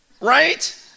right